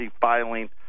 filing